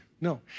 No